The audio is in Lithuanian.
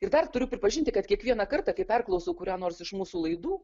ir dar turiu pripažinti kad kiekvieną kartą kai perklausau kurią nors iš mūsų laidų